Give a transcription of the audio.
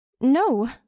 No